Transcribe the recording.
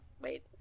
Wait